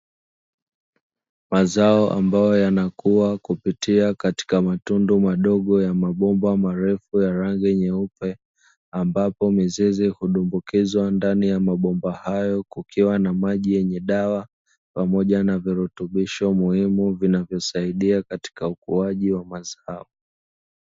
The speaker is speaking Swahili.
Mazao ambayo yanakua kupitia katika matundu madogo ya mabomba marefu ya rangi nyeupe, ambapo mizizi hudumbukizwa ndani ya mabomba hayo kukiwa na maji yenye dawa pamoja na virutubisho muhimu vinavyosaidia katika ukuaji wa mazao.